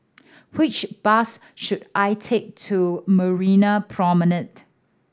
which bus should I take to Marina Promenade